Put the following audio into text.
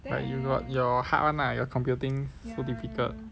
but you got your hard [one] lah like your computing so difficult